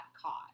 caught